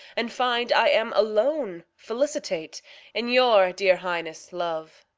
and find i am alone felicitate in your dear highness' love.